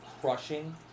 crushing